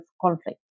conflict